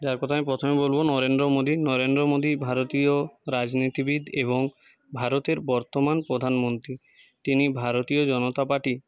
যার কথা আমি প্রথমে বলবো নরেন্দ্র মোদীর নরেন্দ্র মোদী ভারতীয় রাজনীতিবিদ এবং ভারতের বর্তমান প্রধানমন্ত্রী তিনি ভারতীয় জনতা পার্টি